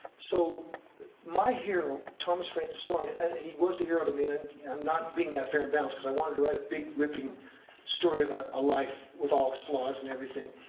so my hero, thomas francis meagher, and he was a hero to i mean and um not being that fair and balanced, cause i wanted to write a big, ripping story about a life, with all its flaws and everything.